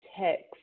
text